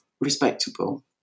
respectable